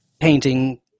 painting